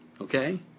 okay